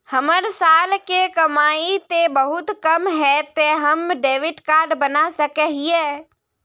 हमर साल के कमाई ते बहुत कम है ते हम डेबिट कार्ड बना सके हिये?